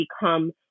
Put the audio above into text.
become